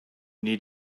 need